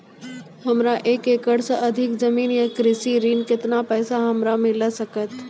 हमरा एक एकरऽ सऽ अधिक जमीन या कृषि ऋण केतना पैसा हमरा मिल सकत?